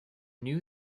new